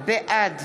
בעד